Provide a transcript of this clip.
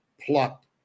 plucked